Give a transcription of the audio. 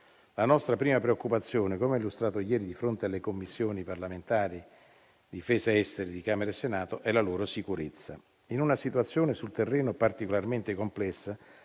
La nostra prima preoccupazione, come illustrato ieri di fronte alle Commissioni parlamentari difesa e esteri di Camera e Senato, è la loro sicurezza. In una situazione sul terreno particolarmente complessa,